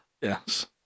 yes